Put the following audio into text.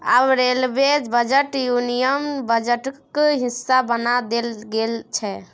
आब railway budget union बजटक हिस्सा बना देल गेल छै